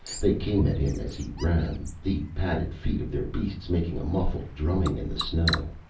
they came at him as he ran, the padded feet of their beasts making a muffled drumming in the snow.